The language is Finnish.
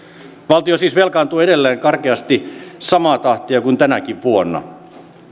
valtio siis velkaantuu edelleen karkeasti samaa tahtia kuin tänäkin vuonna